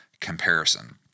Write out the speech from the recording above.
comparison